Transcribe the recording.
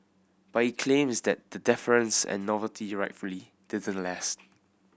but he claims that the deference and novelty rightfully didn't last